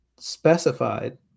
specified